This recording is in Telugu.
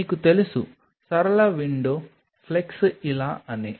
మీకు తెలుసు సరళ విండో ఫ్లెక్స్ ఇలా అని